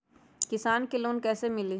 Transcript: किसान के लोन कैसे मिली?